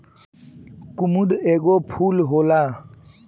कुमुद एगो फूल होला